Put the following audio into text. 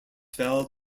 fell